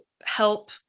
help